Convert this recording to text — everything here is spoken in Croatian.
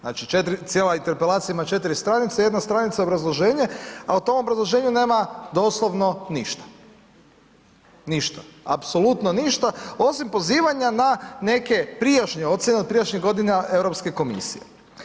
Znači cijela Interpelacija ima četiri stranice, jedna stranica je obrazloženje, a u tom obrazloženju nema doslovno ništa, ništa, apsolutno ništa, osim pozivanja na neke prijašnje ocjene od prijašnjih godina Europske komisije.